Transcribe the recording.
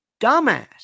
dumbass